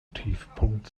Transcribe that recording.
tiefpunkt